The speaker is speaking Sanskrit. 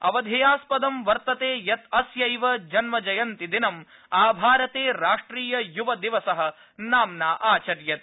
अवधेयास्पदं वर्तते यत् अस्यैव जन्मजयन्तिदिनं आभारते राष्ट्रिय य्व दिवसः नाम्ना आचर्यते